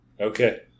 Okay